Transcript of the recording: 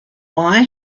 why